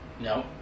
No